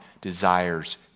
desires